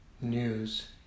news